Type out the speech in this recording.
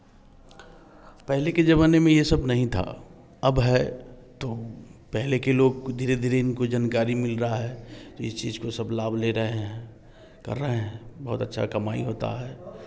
पहले के ज़माने में यह सब नहीं था अब है तो पहले के लोग के धीरे धीरे इनको जानकारी मिल रहा है तो इस चीज़ को सब लाभ ले रहे हैं कर रहे हैं बहुत अच्छा कमाई होता है